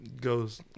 Goes